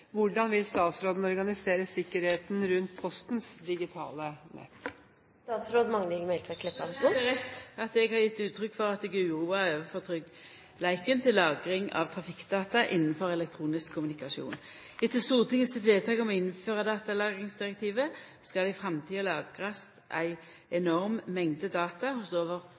vil statsråden organisere sikkerheten rundt Postens digitale tjenester?» Eg veit at eg har gjeve uttrykk for at eg er uroa over tryggleiken til lagring av trafikkdata innanfor elektronisk kommunikasjon. Etter Stortinget sitt vedtak om å innføra datalagringsdirektivet, skal det i framtida lagrast ei enorm mengd data hos over